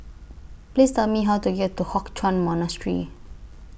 Please Tell Me How to get to Hock Chuan Monastery